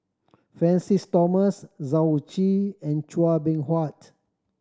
Francis Thomas Yao Zi and Chua Beng Huat